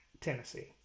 Tennessee